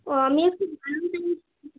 ও আমি একটু